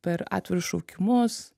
per atvirus šaukimus